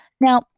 Now